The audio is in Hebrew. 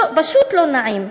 פשוט לא נעים.